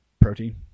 protein